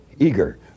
Eager